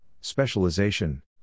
specialization